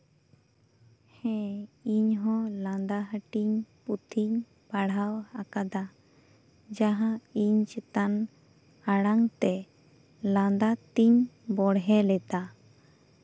ᱦᱮᱸ ᱤᱧᱦᱚᱸ ᱞᱟᱸᱫᱟ ᱦᱟᱹᱴᱤᱧ ᱯᱩᱛᱷᱤᱧ ᱯᱟᱲᱦᱟᱣ ᱟᱠᱟᱫᱟ ᱡᱟᱦᱟᱸ ᱤᱧ ᱪᱮᱛᱟᱱ ᱟᱲᱟᱝ ᱛᱮ ᱞᱟᱸᱫᱟ ᱛᱤᱧ ᱵᱚᱲᱦᱮ ᱞᱮᱫᱟ